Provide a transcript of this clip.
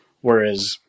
Whereas